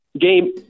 game